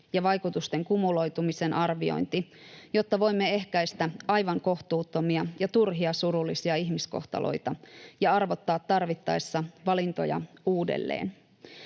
ja vaikutusten kumuloitumisen arviointi, jotta voimme ehkäistä aivan kohtuuttomia ja turhia surullisia ihmiskohtaloita ja arvottaa tarvittaessa valintoja uudelleen.